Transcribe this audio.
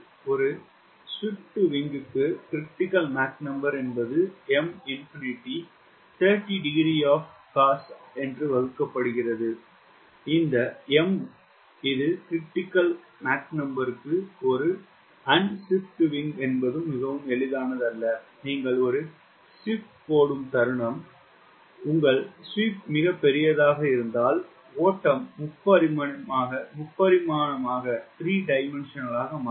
ஒரு swept wing க்கு 𝑀CR என்பது M 30˚of COS வகுக்கப்படுகிறது இந்த M இது 𝑀CR க்கு ஒரு அன் ஸ்வீப்ட் விங் என்பது மிகவும் எளிதானது அல்ல நீங்கள் ஒரு ஸ்வீப் போடும் தருணம் உங்கள் ஸ்வீப் மிகப் பெரியதாக இருந்தால் ஓட்டம் முப்பரிமாணமாக மாறும்